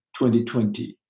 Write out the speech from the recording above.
2020